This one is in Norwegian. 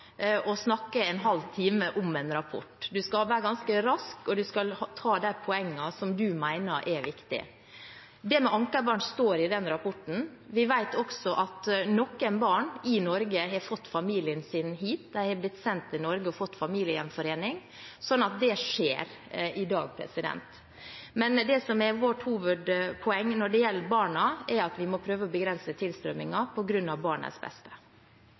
å snakke en halvtime om en rapport. Du skal være ganske rask, og du skal ta de poengene som du mener er viktige. Det med ankerbarn står i den rapporten. Vi vet også at noen barn i Norge har fått familien sin hit, de har blitt sendt til Norge og fått familiegjenforening, så det skjer i dag. Men det som er vårt hovedpoeng når det gjelder barna, er at vi må prøve å begrense tilstrømmingen, på grunn av barnas beste.